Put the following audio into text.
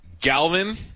Galvin